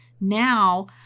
Now